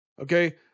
Okay